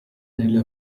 nelle